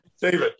David